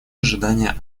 ожидания